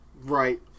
Right